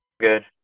Good